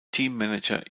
teammanager